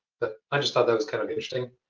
but i just thought that was kind of interesting.